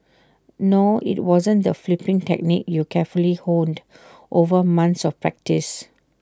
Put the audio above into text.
no IT wasn't the flipping technique you carefully honed over months of practice